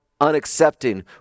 unaccepting